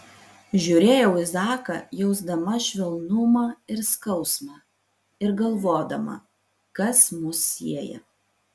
žiūrėjau į zaką jausdama švelnumą ir skausmą ir galvodama kas mus sieja